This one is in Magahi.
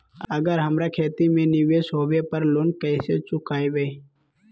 अगर हमरा खेती में निवेस होवे पर लोन कैसे चुकाइबे?